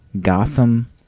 Gotham